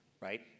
right